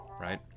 right